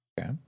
okay